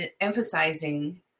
emphasizing